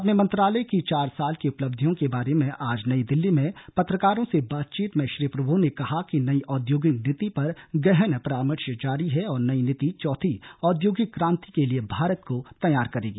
अपने मंत्रालय की चार साल की उपलब्धियों के बारे में आज नई दिल्ली में पत्रकारों से बातचीत में श्री प्रभू ने कहा कि नई औद्योगिक नीति पर गहन परामर्श जारी है और नई नीति चौथी औद्योगिक क्रान्ति के लिए भारत को तैयार करेगी